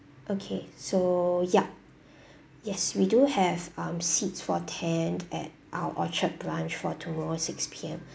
okay so yup yes we do have um seats for ten at our orchard branch for tomorrow six P_M